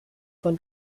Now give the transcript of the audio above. von